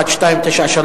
שאילתא מס' 1293,